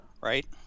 Right